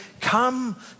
come